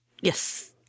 yes